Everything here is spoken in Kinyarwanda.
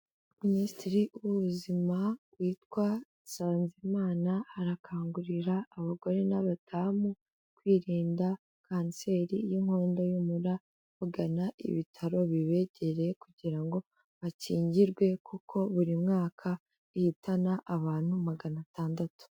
Minisitiri w'Ubuzima witwa Nsanzimana, arakangurira abagore n'abadamu kwirinda kanseri y'inkondo y'umura, bagana ibitaro bibegereye kugira ngo bakingirwe kuko buri mwaka ihitana abantu magana atandatu.